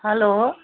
hello